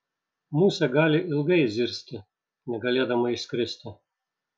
musė gali ilgai zirzti negalėdama išskristi